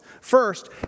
First